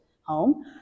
home